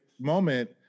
moment